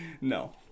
no